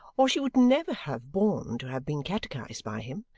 or she would never have borne to have been catechised by him,